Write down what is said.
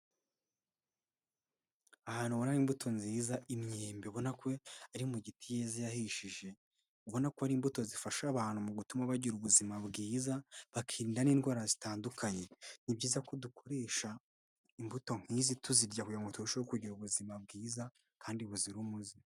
Ahantu ubona imbuto nziza imyembe ubona ko ari mu giti yahishije ubonako ari imbuto zifasha abantu mu gutuma bagira ubuzima bwiza bakira n'indwara zitandukanye. Ni byiza ko dukoresha imbuto nk'izi tuzirya kugira ngo turusheho kugira ubuzima bwiza kandi buzira umuze.